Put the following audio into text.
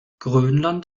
grönland